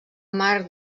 mar